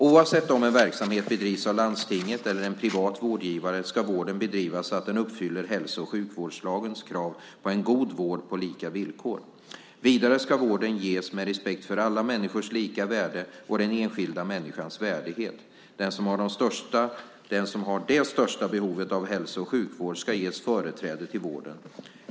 Oavsett om en verksamhet bedrivs av landstinget eller av en privat vårdgivare ska vården bedrivas så att den uppfyller hälso och sjukvårdslagens krav på en god vård på lika villkor. Vidare ska vården ges med respekt för alla människors lika värde och den enskilda människans värdighet. Den som har det största behovet av hälso och sjukvård ska ges företräde till vården.